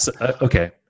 Okay